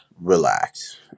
relax